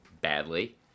badly